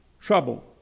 trouble